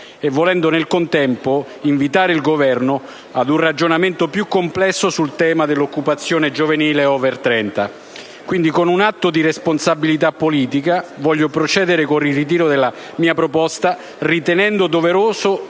e volendo nel contempo invitare il Governo ad un ragionamento piucomplesso sul tema dell’occupazione giovanile over 30. Quindi, con un atto di responsabilita politica, voglio procedere al ritiro della mia proposta, ritenendo doveroso